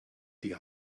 die